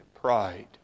pride